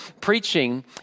preaching